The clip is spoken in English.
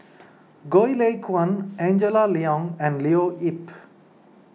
Goh Lay Kuan Angela Liong and Leo Yip